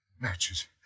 Matches